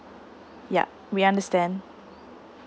yup we understand